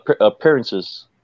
appearances